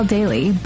Daily